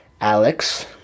Alex